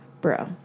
Bro